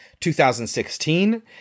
2016